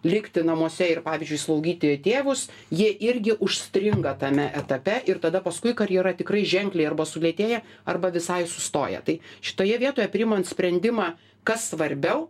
likti namuose ir pavyzdžiui slaugyti tėvus jie irgi užstringa tame etape ir tada paskui karjera tikrai ženkliai arba sulėtėja arba visai sustoja tai šitoje vietoje priimant sprendimą kas svarbiau